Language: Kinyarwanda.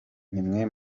nimwe